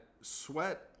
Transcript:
Sweat